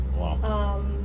Wow